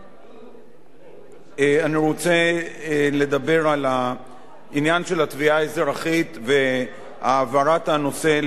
אני רוצה לדבר על העניין של התביעה האזרחית והעברת הנושא לחוק הנזיקין,